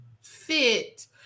fit